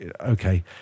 okay